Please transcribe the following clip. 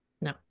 No